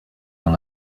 dans